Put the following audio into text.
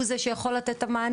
הוא זה שיכול לתת את המענה,